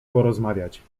porozmawiać